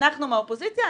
אנחנו מהאופוזיציה,